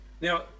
Now